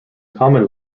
common